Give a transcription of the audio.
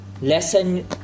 lesson